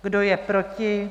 Kdo je proti?